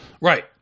right